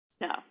No